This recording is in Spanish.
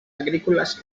agrícolas